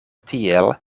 tiel